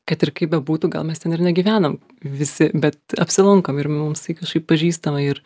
kad ir kaip bebūtų gal mes ten ir negyvenam visi bet apsilankom ir mum jisai kažkaip pažįstama ir